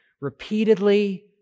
repeatedly